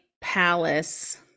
palace